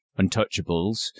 Untouchables